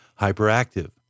hyperactive